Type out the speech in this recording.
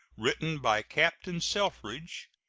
written by captain selfridge,